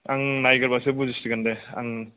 आं नायग्रोबासे बुजिसिगोन दे आं